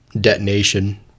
detonation